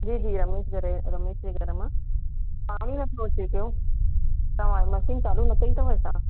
जी जी रमेश रमेश जे घर मां पाणी नथो अचे पियो तव्हां मशीन चालू न कई अथव छा